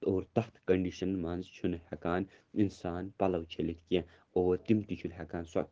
اور تَتھ کٔنڈِشَن منٛز چھُنہٕ ہٮ۪کان اِنسان پَلَو چھٔلِتھ کینٛہہ اور تِم تہِ چِھنہٕ ہٮ۪کان سۄ